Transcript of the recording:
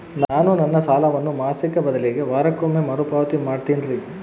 ನಾನು ನನ್ನ ಸಾಲವನ್ನು ಮಾಸಿಕ ಬದಲಿಗೆ ವಾರಕ್ಕೊಮ್ಮೆ ಮರುಪಾವತಿ ಮಾಡ್ತಿನ್ರಿ